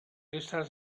crystal